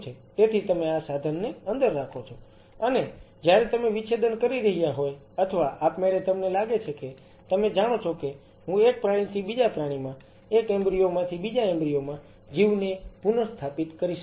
તેથી તમે આ સાધનને અંદર રાખો છો અને જ્યારે તમે વિચ્છેદન કરી રહ્યા હોવ અથવા આપમેળે તમને લાગે છે કે તમે જાણો છો કે હું એક પ્રાણીથી બીજા પ્રાણીમાં એક એમ્બ્રીઓ માંથી બીજા એમ્બ્રીઓ માં જીવને પુનસ્થાપિત કરી શકું છું